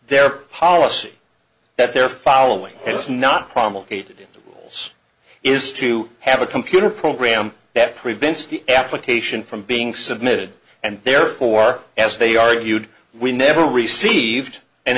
their policy that they're following it's not promulgated rules is to have a computer program that prevents the application from being submitted and therefore as they argued we never received an